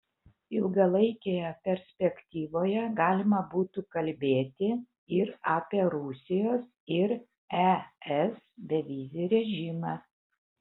ilgalaikėje perspektyvoje galima būtų kalbėti ir apie rusijos ir es bevizį režimą